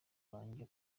banjye